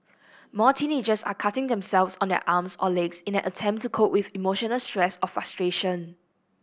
more teenagers are cutting themselves on their arms or legs in an attempt to cope with emotional stress or frustration